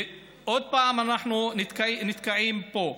ועוד פעם אנחנו נתקעים פה.